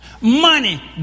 Money